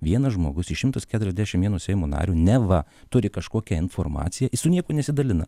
vienas žmogus iš šimtas keturiasdešimt vieno seimo nario neva turi kažkokią informaciją su niekuo nesidalina